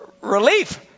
relief